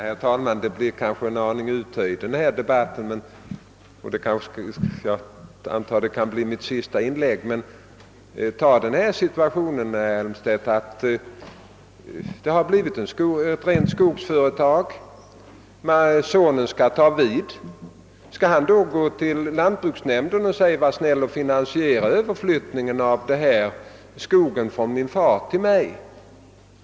Herr talman! Den här debatten har kanske blivit en aning uttöjd, och jag antar att detta blir mitt sista inlägg. Men, herr Elmstedt, ta som exempel en situation där ett kombinerat jordoch skogsbruk blivit ett rent skogsföretag. Skall då sonen när han tar vid gå till lantbruksnämnden och säga: Var snäll och finansiera överflyttningen av skogen från min far till mig!